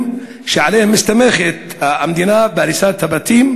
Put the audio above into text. שעליהם מסתמכת המדינה בהריסת הבתים,